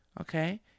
okay